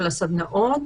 של הסדנאות,